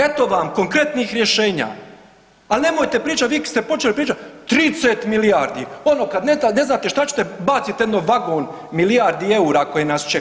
Eto vam konkretnih rješenja, ali nemojte pričati, vi ste počeli pričati 30 milijardi, ono kad ne znate šta ćete, bacite jedno vagon milijardi eura koje nas čekaju.